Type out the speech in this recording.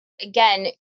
again